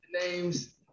names